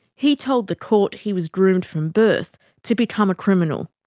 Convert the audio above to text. he told the court he was groomed from birth to become a criminal.